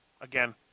again